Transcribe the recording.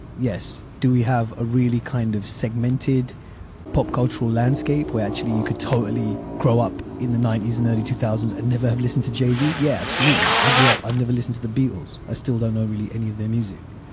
yes. do we have a really kind of segmented pop cultural landscape where actually you could totally grow up in the ninety s and early two thousand s and never have listened to jay-z? yeah, absolutely. i grew up i've never listen to the beatles. i still don't know really any of their music.